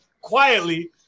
quietly